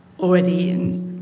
already